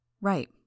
Right